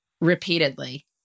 repeatedly